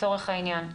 לצורך העניין.